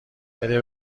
بده